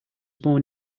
born